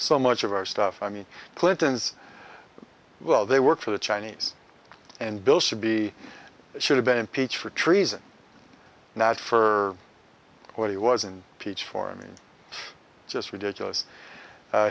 so much of our stuff i mean clinton's well they work for the chinese and bill should be should have been impeached for treason not for what he was and peach for me it's just ridiculous